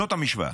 זאת המשוואה.